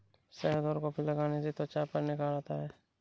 शहद और कॉफी लगाने से त्वचा पर निखार आता है